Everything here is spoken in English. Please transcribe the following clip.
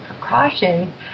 precautions